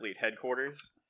headquarters